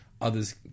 Others